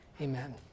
Amen